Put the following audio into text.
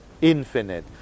infinite